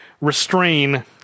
restrain